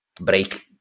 break